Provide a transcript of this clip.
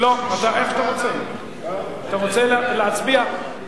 אתה רוצה להצביע?